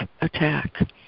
attack